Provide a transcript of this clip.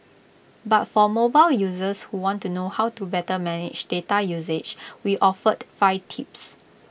but for mobile users who want to know how to better manage data usage we offered five tips